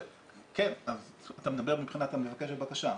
אתה מדבר מבחינת מבקש הבקשה.